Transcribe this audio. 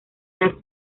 las